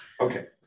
Okay